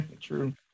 True